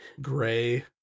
gray